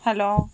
hello